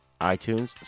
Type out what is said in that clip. iTunes